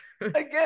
again